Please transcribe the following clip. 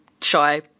shy